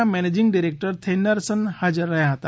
ના managing director Thennarasan હાજર રહ્યા હતા